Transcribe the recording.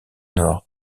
nord